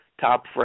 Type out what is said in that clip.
top